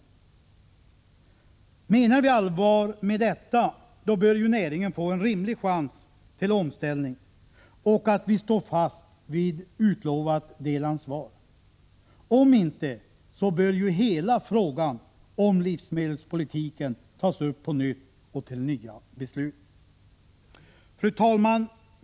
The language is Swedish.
Menar vi allvar med detta, då bör ju näringen få en rimlig chans till omställning och vi stå fast vid utlovat delansvar. Om inte, bör ju hela frågan om livsmedelspolitiken tas upp på nytt och till nya beslut. Fru talman!